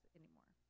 anymore